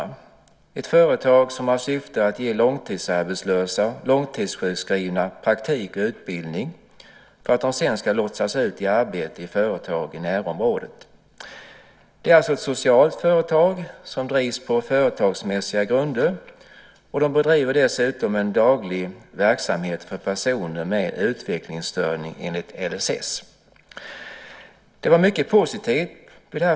Det är ett företag som har som syfte att ge långtidsarbetslösa och långtidssjukskrivna praktik och utbildning för att de sedan ska lotsas ut i arbete i företag i närområdet. Det är alltså ett socialt företag som drivs på företagsmässiga grunder. Man bedriver dessutom en daglig verksamhet för personer med utvecklingsstörning enligt LSS. Företagsbesöket var mycket positivt.